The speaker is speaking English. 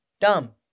Dumb